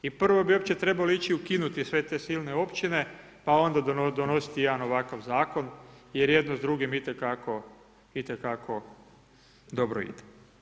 I prvo bi uopće trebali ići ukinuti sve te silne općine pa onda donositi jedan ovakav zakon jer jedno s drugim itekako dobro ide.